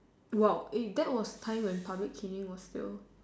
!wow! eh that was the time when public caning was still